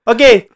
Okay